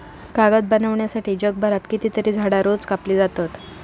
कागद बनवच्यासाठी जगभरात कितकीतरी झाडां रोज कापली जातत